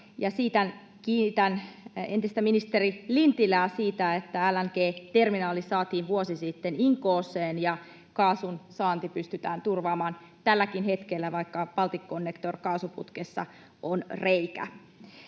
Kiitän entistä ministeri Lintilää siitä, että LNG-terminaali saatiin vuosi sitten Inkooseen ja kaasun saanti pystytään turvaamaan tälläkin hetkellä, vaikka Balticconnector-kaasuputkessa on reikä.